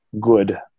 good